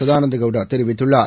சதானந்தகௌடாதெரிவித்துள்ளார்